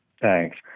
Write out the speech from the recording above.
Thanks